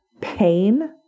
pain